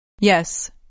Yes